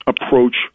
approach